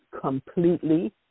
completely